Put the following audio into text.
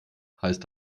heißt